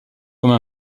comme